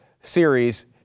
series